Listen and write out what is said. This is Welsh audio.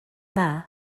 dda